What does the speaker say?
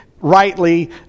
rightly